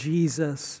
Jesus